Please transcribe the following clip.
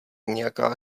nějaká